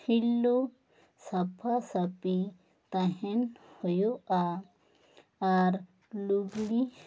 ᱦᱤᱨᱞᱟᱹ ᱥᱟᱯᱷᱟ ᱥᱟᱹᱯᱷᱤ ᱛᱟᱦᱮᱱ ᱦᱩᱭᱩᱜᱼᱟ ᱟᱨ ᱞᱩᱜᱽᱲᱤᱜ